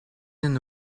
een